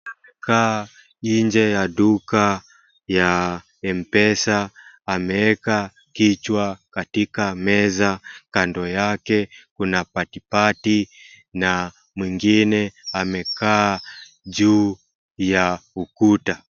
Amekaa nje ya duka ya mpesa ameeka kichwa katika meza kando yake kuna patipati na mwingine amekaa juu ya ukuta.